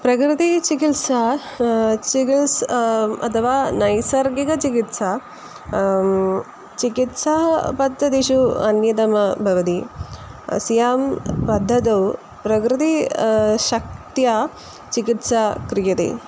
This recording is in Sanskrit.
प्रकृतिचिकित्सा चिकित्सा अथवा नैसर्गिकचिकित्सा चिकित्सापद्धतिषु अन्यतमा भवति अस्यां पद्धतौ प्रकृति शक्त्या चिकित्सा क्रियते